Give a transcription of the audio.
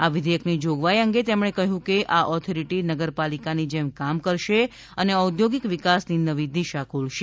આ વિધેયકની જોગવાઇ અંગે તેમણે કહ્યું હતું કે આ ઓથોરિટી નગરપાલિકાની જેમ કામ કરશે અને ઔદ્યોગિક વિકાસની નવી દિશા ખોલશે